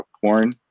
porn